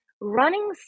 running